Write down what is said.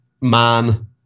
man